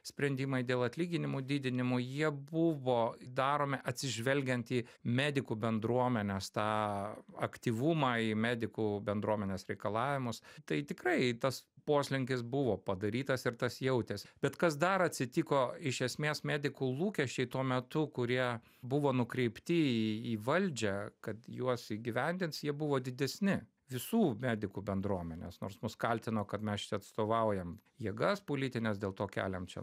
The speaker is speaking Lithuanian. sprendimai dėl atlyginimų didinimo jie buvo daromi atsižvelgiant į medikų bendruomenės tą aktyvumą į medikų bendruomenės reikalavimus tai tikrai tas poslinkis buvo padarytas ir tas jautės bet kas dar atsitiko iš esmės medikų lūkesčiai tuo metu kurie buvo nukreipti į valdžią kad juos įgyvendins jie buvo didesni visų medikų bendruomenės nors mus kaltino kad mes čia atstovaujam jėgas politines dėl to keliam čia